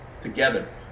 together